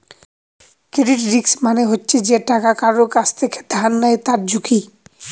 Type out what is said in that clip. credit risk মানে হচ্ছে যে টাকা কারুর কাছ থেকে ধার নেয় তার ঝুঁকি